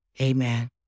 amen